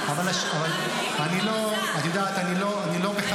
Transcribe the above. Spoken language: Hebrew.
לא, אבל אני לא, את יודעת, אני לא בחקירה.